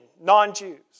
non-Jews